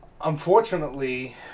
unfortunately